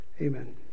Amen